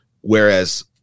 whereas